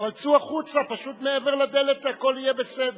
אבל צאו החוצה, מעבר לדלת הכול יהיה בסדר.